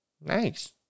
Nice